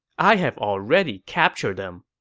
i have already captured them.